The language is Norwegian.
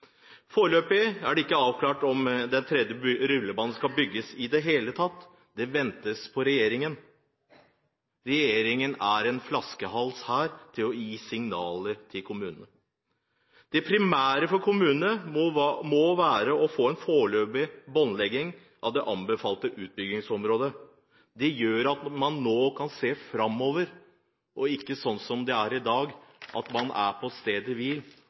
Foreløpig er det ikke avklart om en tredje rullebane skal bygges i det hele tatt – man venter på regjeringen. Regjeringen er en flaskehals her, når det gjelder å gi signaler til kommunene. Det primære for kommunene må være å få en foreløpig båndlegging av det anbefalte utbyggingsområdet. Det ville gjøre at man kunne se framover – ikke sånn som i dag, at man er på stedet hvil